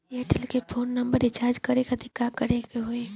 Airtel के phone number recharge करे के खातिर का करे के होई?